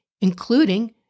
including